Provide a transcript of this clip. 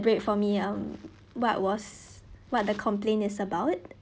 ~borate for me um what was what the complaint is about